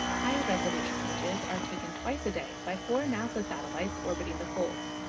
higher resolution images are taken twice a day by four nasa satellites orbiting the poles,